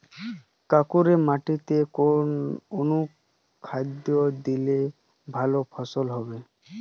কাঁকুরে মাটিতে কোন অনুখাদ্য দিলে ভালো ফলন হবে?